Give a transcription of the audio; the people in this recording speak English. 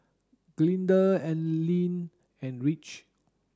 Glinda Ailene and Rich